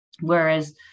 whereas